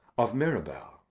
of mirabell.